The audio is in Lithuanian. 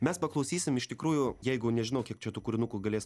mes paklausysim iš tikrųjų jeigu nežinau kiek čia tų kūrinukų galės